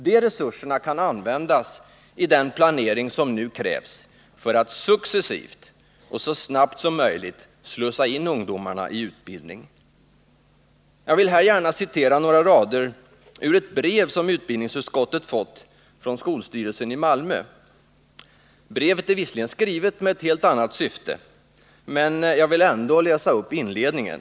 De resurserna kan användas i den planering som nu krävs för att successivt och så snabbt som möjligt slussa in ungdomarna i utbildning. Jag vill här gärna citera några rader ur ett brev som utbildningsutskottet har fått från skolstyrelsen i Malmö. Brevet är visserligen skrivet med ett helt annat syfte, men jag vill ändå läsa upp inledningen.